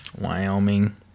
Wyoming